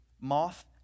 moth